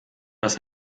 was